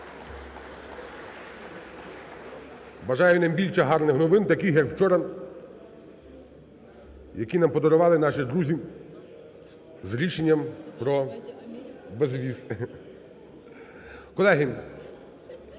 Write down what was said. Бажаю нам більше гарних новин, таких, як вчора, які нам подарували наші друзі з рішенням про безвіз. Колеги!